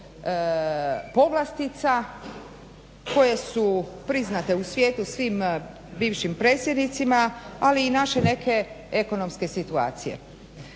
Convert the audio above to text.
povlastica koje su priznate u svijetu svim bivšim predsjednicima ali i našli neke ekonomske situacije.